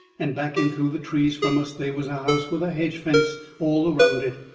and back in through the trees from us they was a house with a hedge fence all around it.